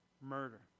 murder